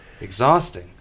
Exhausting